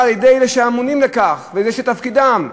על-ידי אלה שאמונים על כך ואלה שזה תפקידם.